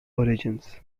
origins